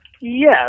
Yes